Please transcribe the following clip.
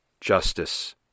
Justice